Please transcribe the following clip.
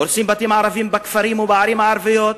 הורסים בתים ערביים בכפרים ובערים הערביות,